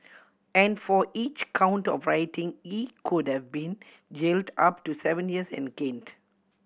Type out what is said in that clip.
and for each count of rioting he could have been jailed up to seven years and caned